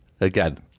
again